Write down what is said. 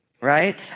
right